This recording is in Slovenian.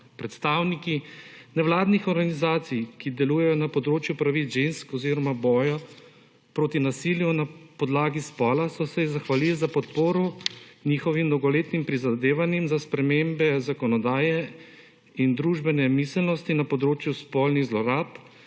Predstavniki nevladnih organizacij, ki delujejo na področju pravic žensk oziroma boja proti nasilju na podlagi spola so se zahvalili za podporo njihovim dolgoletnim prizadevanjem za spremembe zakonodaje in družbene miselnosti na področju spolnih zlorab